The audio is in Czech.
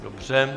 Dobře.